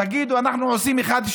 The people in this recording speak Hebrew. תגידו: אנחנו עושים אחת,